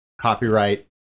copyright